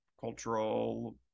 cultural